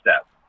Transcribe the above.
step